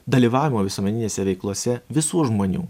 dalyvavimo visuomeninėse veiklose visų žmonių